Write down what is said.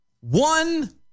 one